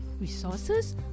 resources